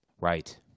right